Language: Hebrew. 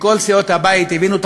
מכל סיעות הבית, הבינו את